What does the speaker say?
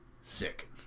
Sick